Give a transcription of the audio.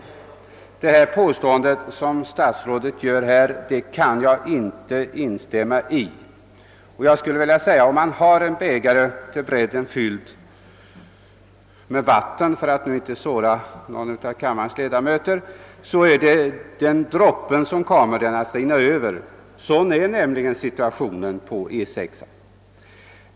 Det påstående statsrådet här gör kan jag inte instämma i. Om man har en bägare till brädden fylld med vatten — för ati nu inte såra någon av kammarens ledamöter — är det droppen som kommer den att rinna över. Sådån är nämligen situationen på E 6.